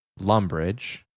Lumbridge